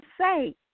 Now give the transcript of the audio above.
say